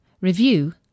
review